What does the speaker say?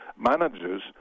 managers